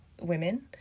women